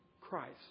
Christ